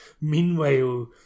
meanwhile